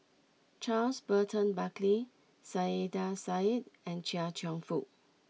Charles Burton Buckley Saiedah Said and Chia Cheong Fook